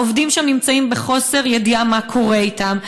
העובדים שם נמצאים בחוסר ידיעה מה קורה איתם,